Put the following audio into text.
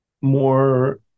more